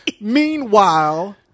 meanwhile